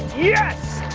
yes!